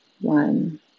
One